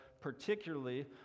particularly